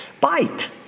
bite